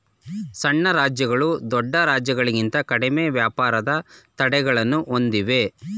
ಸಣ್ಣ ರಾಜ್ಯಗಳು ದೊಡ್ಡ ರಾಜ್ಯಗಳಿಂತ ಕಡಿಮೆ ವ್ಯಾಪಾರದ ತಡೆಗಳನ್ನು ಹೊಂದಿವೆ